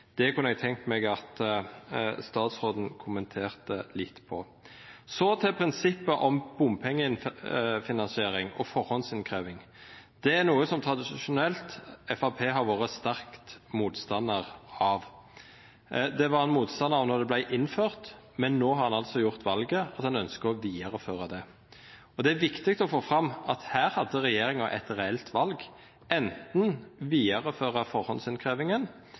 kunne eg tenkt meg at statsråden kommenterte litt på. Så til prinsippet om bompengefinansiering og førehandsinnkrevjing: Det er noko som Framstegspartiet tradisjonelt har vore sterk motstandar av. Det var dei motstandarar av då det vart innført, men no har dei altså gjort det valet at dei ønskjer å vidareføra det. Det er viktig å få fram at her hadde regjeringa eit reelt val: